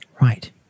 Right